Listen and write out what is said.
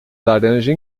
laranja